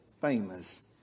famous